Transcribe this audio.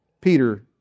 Peter